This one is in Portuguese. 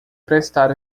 prestar